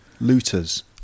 Looters